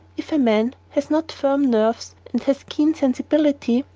if a man has not firm nerves and has keen sensibility,